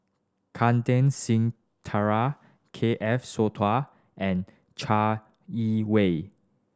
Kantar Singh Thakral K F Sowtoh and Chai Yee Wei